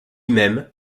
même